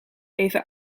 even